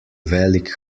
velik